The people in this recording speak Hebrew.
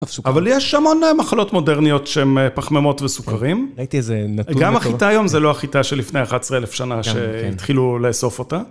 אבל יש המון מחלות מודרניות שהן פחממות וסוכרים. - ראיתי איזה נטול. - גם החיטה היום זה לא החיטה שלפני 11 אלף שנה שהתחילו לאסוף אותה.